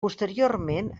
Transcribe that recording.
posteriorment